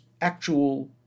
actual